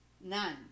None